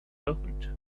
opened